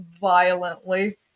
violently